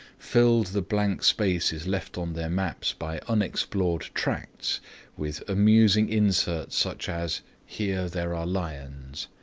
filled the blank spaces left on their maps by unexplored tracts with amusing inserts such as here there are lions.